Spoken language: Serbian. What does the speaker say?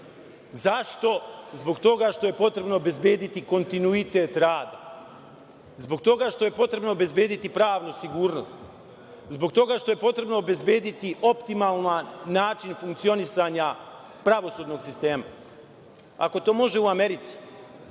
Zašto? Zbog toga što je potrebno obezbediti kontinuitet rada, zbog toga što je potrebno obezbediti pravnu sigurnost, zbog toga što je potrebno obezbediti optimalan način funkcionisanja pravosudnog sistema. Ako to može u Americi,